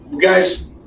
guys